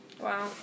Wow